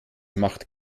macht